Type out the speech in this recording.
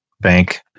bank